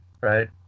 Right